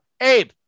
Abe